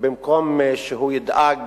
במקום שהוא ידאג,